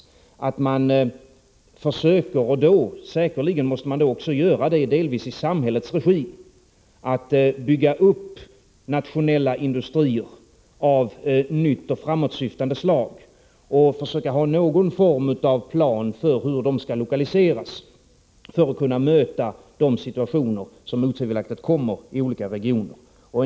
Man måste försöka — säkerligen i viss utsträckning i samhällets regi — bygga upp nationella industrier av nytt slag. Man måste sikta framåt i tiden. Vidare måste man försöka upprätta någon sorts lokaliseringsplan. Det gäller ju att kunna möta de situationer som olika regioner otvivelaktigt kommer att hamna i.